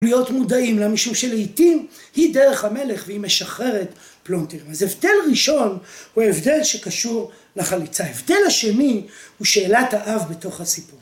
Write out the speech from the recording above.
‫להיות מודעים לה משום שלעיתים ‫היא דרך המלך והיא משחררת פלונטרים. ‫אז הבדל ראשון הוא ההבדל ‫שקשור לחליצה. ‫ההבדל השני הוא שאלת האב ‫בתוך הסיפור.